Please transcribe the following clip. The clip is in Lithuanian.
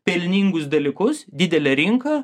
pelningus dalykus didelę rinką